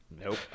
Nope